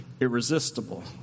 irresistible